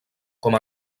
com